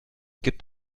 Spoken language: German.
gibt